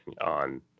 on